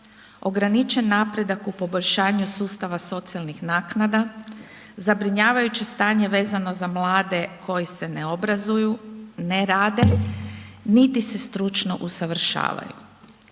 ograničen napredak u poboljšanju sustava socijalnih naknada, zabrinjavajuće stanje vezano za mlade koji se ne obrazuju, ne rade niti se stručno usavršavaju.